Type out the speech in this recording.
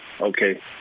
okay